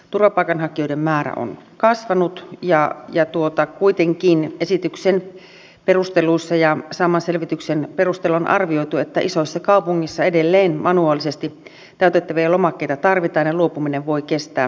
turvapaikanhakijoiden määrä on kasvanut ja kuitenkin esityksen perusteluissa ja saadun selvityksen perusteella on arvioitu että isoissa kaupungeissa edelleen manuaalisesti täytettäviä lomakkeita tarvitaan ja luopuminen voi kestää vuosia